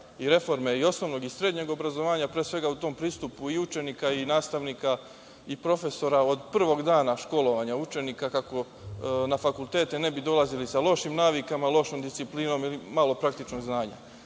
i reforme osnovnog i srednjeg obrazovanja, a pre svega u tom pristupu, i učenika i nastavnika i profesora, od prvog dana školovanja učenika, kako na fakultete ne bi dolazili sa lošim navikama, lošom disciplinom i malo praktičnog